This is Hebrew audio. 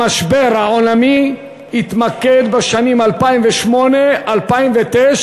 המשבר העולמי התמקד בשנים 2008 2009,